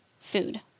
Food